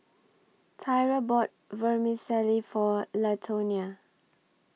Tyra bought Vermicelli For Latonia